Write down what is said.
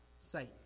Satan